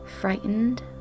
Frightened